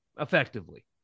effectively